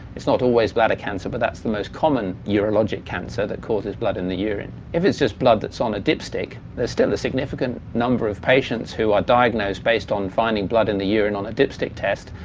it's not always bladder cancer but that's the most common urologic cancer that causes blood in the urine. if it's just blood that's on a dip stick there's still a significant number of patients who are diagnosed based on finding blood in the urine on a dip stick test,